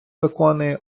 виконує